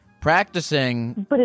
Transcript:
practicing